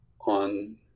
on